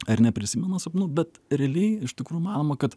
ar neprisimena sapnų bet realiai iš tikrųjų manoma kad